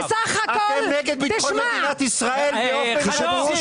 אתם נגד ביטחון מדינת ישראל באופן ------ אדוני היושב-ראש,